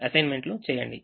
అసైన్మెంట్లు చేయండి